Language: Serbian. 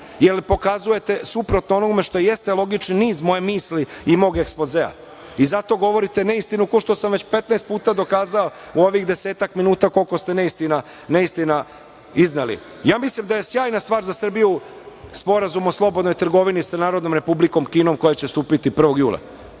jer pokazujete suprotno onome što jeste logični niz moje misli i mog ekspozea i zato govorite neistinu, kao što sam već 15 puta dokazao u ovih desetak minuta koliko se neistina izneli. Ja mislim da je sjajna stvar za Srbiju sporazum o slobodnoj trgovini sa Narodnom Republikom Kinom, koji će stupiti 1. juna